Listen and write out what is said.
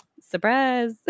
surprise